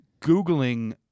Googling –